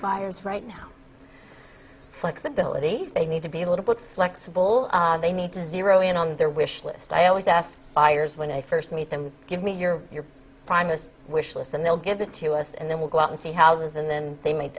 buyers right now flexibility they need to be a little bit flexible they need to zero in on their wish list i always ask buyers when i first meet them give me your your promised wish list and they'll give it to us and then we'll go out and see how it is and then they might